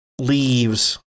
leaves